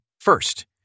First